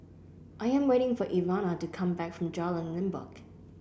I am waiting for Ivana to come back from Jalan Limbok